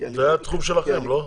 זה התחום שלכם, לא?